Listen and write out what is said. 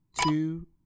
two